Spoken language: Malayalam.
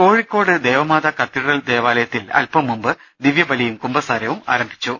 കോഴിക്കോട് ദേവമാതാ കത്തീഡ്രൽ ദേവാലയത്തിൽ അല്പംമുമ്പ് ദിവൃബലിയും കുമ്പസാരവും ആരംഭിച്ചു